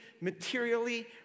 materially